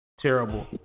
Terrible